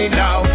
now